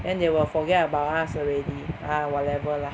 then they will forget about us already ah whatever lah